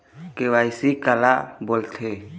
KYC काला बोलथें?